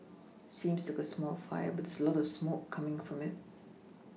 it seems like a small fire but there's lots of smoke coming from it